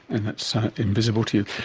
and that's invisible to you.